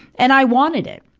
and i wanted it.